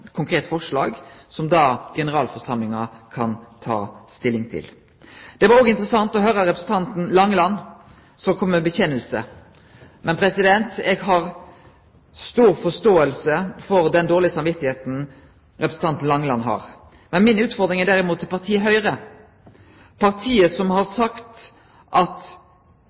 forslag som generalforsamlinga kan ta stilling til. Det var òg interessant å høre representanten Langeland, som kom med ei vedkjenning, men eg har stor forståing for det dårlege samvitet til representanten Langeland. Mi utfordring går derimot til partiet Høgre. Partiet